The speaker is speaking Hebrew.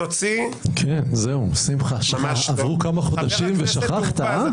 כן זהו, שמחה, עברו כמה חודשים ושכחת, אה?